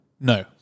No